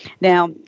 Now